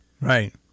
Right